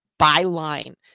byline